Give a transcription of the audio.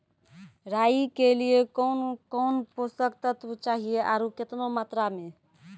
राई के लिए कौन कौन पोसक तत्व चाहिए आरु केतना मात्रा मे?